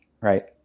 right